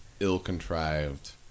ill-contrived